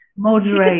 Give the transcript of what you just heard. moderate